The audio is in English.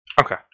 Okay